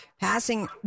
Passing